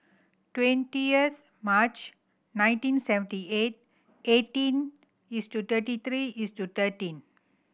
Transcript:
twentieth March nineteen seventy eight eighteen thirty three thirteen